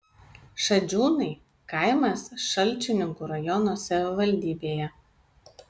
šadžiūnai kaimas šalčininkų rajono savivaldybėje